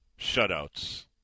shutouts